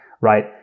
right